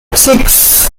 six